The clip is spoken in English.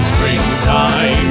Springtime